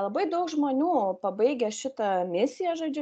labai daug žmonių pabaigę šitą misiją žodžiu